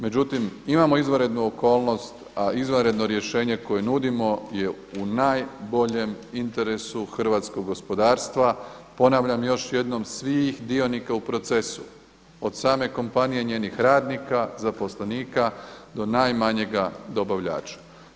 Međutim, imamo izvanrednu okolnost, a izvanredno rješenje koje nudimo je u naj boljem interesu hrvatskog gospodarstva ponavljam još jednom svih sudionika u procesu, od same kompanije i njenih radnika, zaposlenika do najmanjega dobavljača.